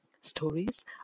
Stories